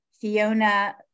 Fiona